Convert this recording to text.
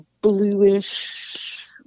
bluish